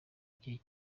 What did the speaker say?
gihe